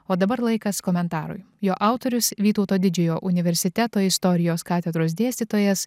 o dabar laikas komentarui jo autorius vytauto didžiojo universiteto istorijos katedros dėstytojas